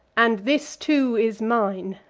and this too is mine!